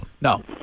no